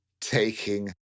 taking